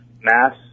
Mass